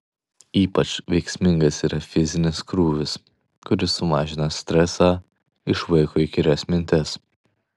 ypač veiksmingas yra fizinis krūvis kuris sumažina stresą išvaiko įkyrias mintis